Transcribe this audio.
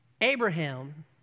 Abraham